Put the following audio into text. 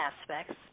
aspects